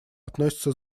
относятся